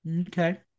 Okay